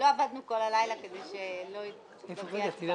עבדנו כל הלילה כדי שתהיה הצבעה.